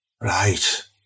Right